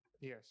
Yes